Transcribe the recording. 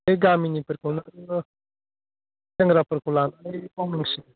बे गामिनिफोरखौनो सेंग्राफोरखौ लानानै मावनांसिगोन